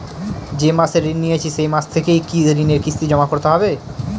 যে মাসে ঋণ নিয়েছি সেই মাস থেকেই কি ঋণের কিস্তি জমা করতে হবে?